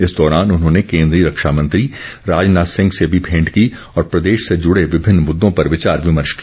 इस दौरान उन्होंने कोन्द्रीय रक्षा मंत्री राजनाथ सिंह से भी भेंट की और प्रदेश से जुड़े विभिन्न मुद्दों पर विचार विमर्श किया